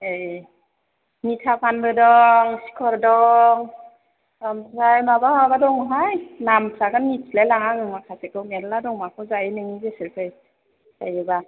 ए मिथा पानबो दं सिखर दं ओमफ्राय माबा माबा दङ हाय नामफ्राखौनो मिथिलाय लाङा आं माखासेखौ मेरला दं माखौ जायो नोंनि गोसोसै जायोब्ला